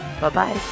Bye-bye